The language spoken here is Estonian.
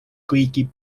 kõigi